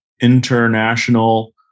international